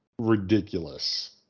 ridiculous